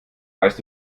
weißt